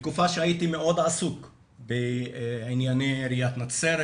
בתקופה שהייתי מאוד עסוק בענייני עיריית נצרת